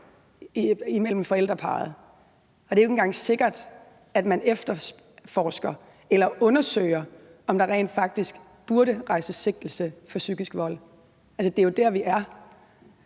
mellem forældrene, og det er ikke engang sikkert, at man efterforsker eller undersøger, om der rent faktisk burde rejses sigtelse for psykisk vold. Det er jo der, vi er.